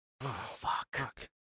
Fuck